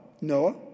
Noah